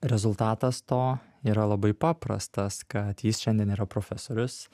rezultatas to yra labai paprastas kad jis šiandien yra profesorius